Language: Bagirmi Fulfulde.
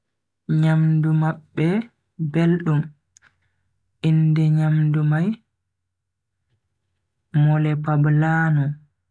Nyamdu mabbe beldum, inde nyamdu mai mole pablano.